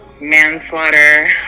manslaughter